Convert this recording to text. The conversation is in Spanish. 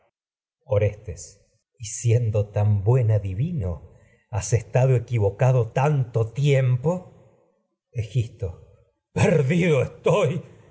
orestes y siendo tan buen adivino has estado equivocado tanto tiempo egisto perdido estoy